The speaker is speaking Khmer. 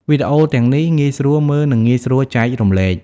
វីដេអូទាំងនេះងាយស្រួលមើលនិងងាយស្រួលចែករំលែក។